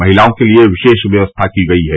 महिलाओं के लिए विशेष व्यवस्था की गई है